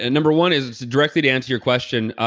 and number one is it's directly to answer your question.